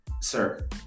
sir